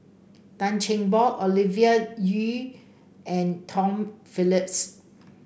Tan Cheng Bock Ovidia Yu and Tom Phillips